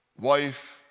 wife